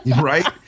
Right